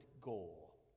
goal